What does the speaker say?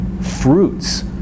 fruits